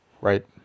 right